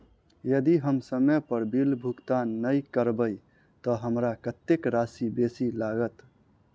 यदि हम समय पर बिल भुगतान नै करबै तऽ हमरा कत्तेक राशि बेसी लागत?